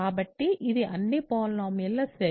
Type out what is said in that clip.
కాబట్టి ఇది అన్ని పాలినోమియల్ ల సెట్